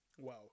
Wow